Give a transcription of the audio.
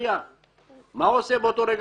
כבאות,